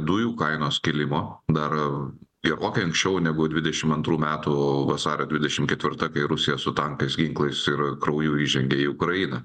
dujų kainos kėlimo dar gerokai anksčiau negu dvidešim antrų metų vasario dvidešim ketvirta kai rusija su tankais ginklais ir krauju įžengė į ukrainą